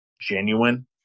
genuine